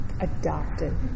Adopted